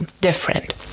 different